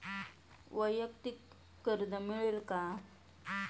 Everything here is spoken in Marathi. वैयक्तिक कर्ज मिळेल का?